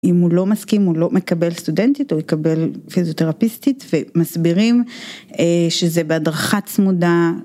אם הוא לא מסכים הוא לא מקבל סטודנטית הוא יקבל פיזיותרפיסטית ומסבירים שזה בהדרכה צמודה